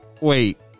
wait